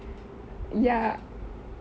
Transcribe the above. ya